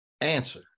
answer